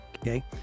Okay